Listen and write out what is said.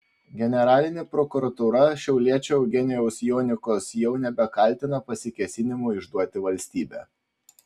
generalinė prokuratūra šiauliečio eugenijaus jonikos jau nebekaltina pasikėsinimu išduoti valstybę